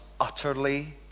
utterly